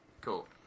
Cool